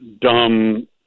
dumb